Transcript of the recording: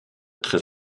très